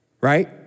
Right